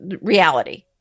reality